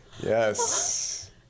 Yes